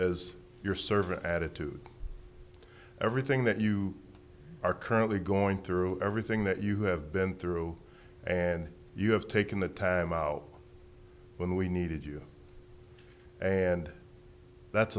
as your servant attitude everything that you are currently going through everything that you have been through and you have taken the time out when we needed you and that's